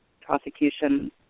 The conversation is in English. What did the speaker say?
prosecution